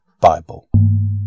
Bible